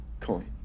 coin